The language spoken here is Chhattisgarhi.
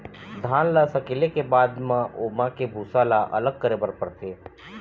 धान ल सकेले के बाद म ओमा के भूसा ल अलग करे बर परथे